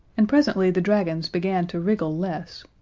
and presently the dragons began to wriggle less,